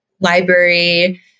library